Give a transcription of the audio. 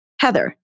Heather